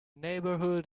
neighborhood